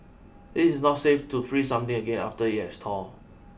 it is not safe to freeze something again after it has thawed